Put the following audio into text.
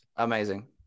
Amazing